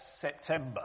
September